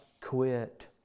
quit